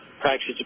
practice